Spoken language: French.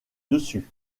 dessus